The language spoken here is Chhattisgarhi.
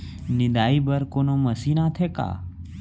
निंदाई बर कोनो मशीन आथे का?